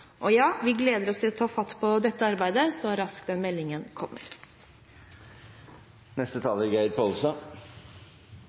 Og ja – vi gleder oss til å ta fatt på dette arbeidet så raskt den meldingen kommer.